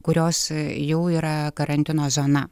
kurios jau yra karantino zona